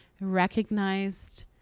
recognized